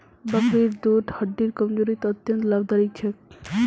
बकरीर दूध हड्डिर कमजोरीत अत्यंत लाभकारी छेक